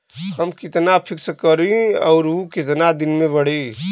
हम कितना फिक्स करी और ऊ कितना दिन में बड़ी?